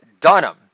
Dunham